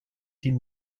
die